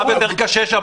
המצב שם קשה יותר.